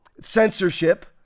censorship